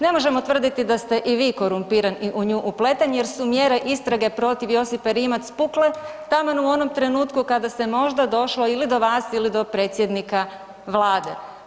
Ne možemo tvrditi da ste i vi korumpiran i u nju upleten jer su mjere istrage protiv Josipe Rimac pukle taman u onom trenutku kada se možda došlo ili do vas ili do predsjednika vlade.